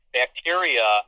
bacteria